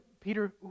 Peter